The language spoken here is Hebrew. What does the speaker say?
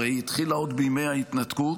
הרי היא התחילה עוד בימי ההתנתקות